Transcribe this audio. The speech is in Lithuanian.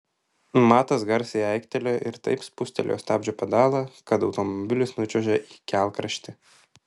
matas garsiai aiktelėjo ir taip spustelėjo stabdžio pedalą kad automobilis nučiuožė į kelkraštį